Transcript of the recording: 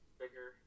bigger